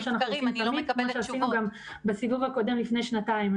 שאנחנו עושים תמיד וכמו שעשינו גם בסיבוב הקודם לפני שנתיים.